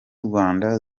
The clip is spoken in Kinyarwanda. rwanda